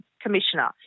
Commissioner